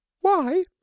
Why